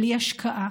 בלי השקעה,